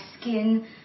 skin